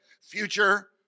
Future